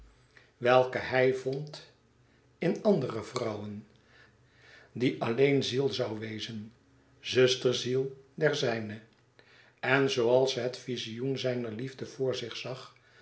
welke hij vond in andere vrouwen die alleen ziel zoû wezen zusterziel der zijne en zooals ze het vizioen zijner liefde voor zich zag